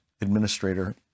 administrator